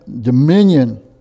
dominion